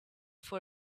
for